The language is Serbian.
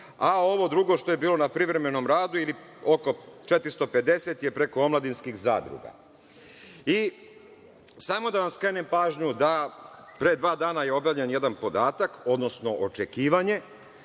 a ovo drugo što je bilo na privremenom radu, oko 450 je preko omladinskih zadruga. Samo da vam skrenem pažnju, pre dva dana je objavljen jedan podatak, odnosno očekivanje